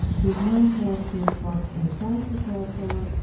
you've now selected what's inside the circle,